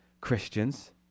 christians